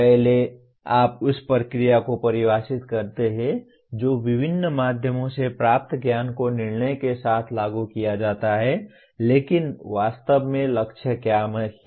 पहले आप उस प्रक्रिया को परिभाषित करते हैं जो विभिन्न माध्यमों से प्राप्त ज्ञान को निर्णय के साथ लागू किया जाता है लेकिन वास्तव में लक्ष्य क्या है